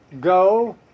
Go